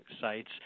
sites